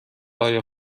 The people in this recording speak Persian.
های